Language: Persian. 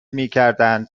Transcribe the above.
میکردند